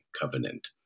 covenant